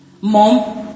mom